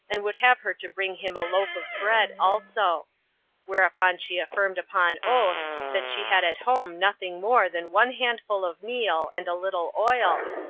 and would have her to bring him a loaf of bread also whereupon she affirmed upon oath that she had at home nothing more than one handful of meal, and a little oil,